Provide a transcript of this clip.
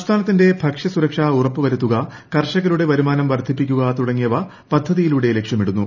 സംസ്ഥാനത്തിന്റെ ഭക്ഷ്യസ്മുരക്ഷ ഉറപ്പുവരുത്തുക കർഷകരുടെ വരുമാനം വർദ്ധിപ്പിക്കുക തുടങ്ങിയവ പദ്ധതിയിലൂടെ ലക്ഷ്യമിടുന്നു